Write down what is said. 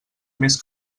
més